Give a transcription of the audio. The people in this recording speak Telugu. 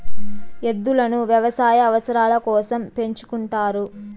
ఎద్దులను వ్యవసాయ అవసరాల కోసం పెంచుకుంటారు